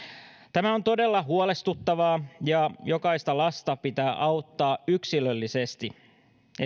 tämä on todella huolestuttavaa ja jokaista lasta pitää auttaa yksilöllisesti